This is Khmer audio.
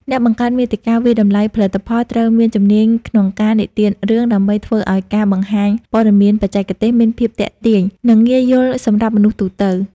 អ្នកបង្កើតមាតិកាវាយតម្លៃផលិតផលត្រូវមានជំនាញក្នុងការនិទានរឿង ដើម្បីធ្វើឱ្យការបង្ហាញព័ត៌មានបច្ចេកទេសមានភាពទាក់ទាញ និងងាយយល់សម្រាប់មនុស្សទូទៅ។